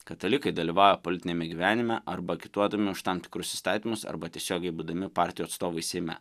katalikai dalyvauja politiniame gyvenime arba agituodami už tam tikrus įstatymus arba tiesiogiai būdami partijų atstovai seime